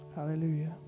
Hallelujah